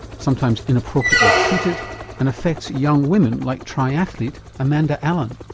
sometimes inappropriately treated and affects young women like triathlete amanda allen.